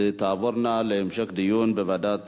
תעבור להמשך דיון בוועדת